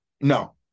No